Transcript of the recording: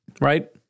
Right